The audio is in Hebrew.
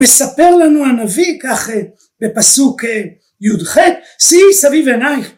מספר לנו הנביא, כך בפסוק י"ח שאי סביב עינייך,